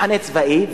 מחנה צבאי,